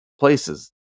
places